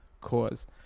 cause